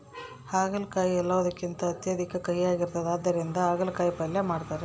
ಆಗಲಕಾಯಿ ಎಲ್ಲವುಕಿಂತ ಅತ್ಯಧಿಕ ಕಹಿಯಾಗಿರ್ತದ ಇದರಿಂದ ಅಗಲಕಾಯಿ ಪಲ್ಯ ಮಾಡತಾರ